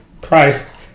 price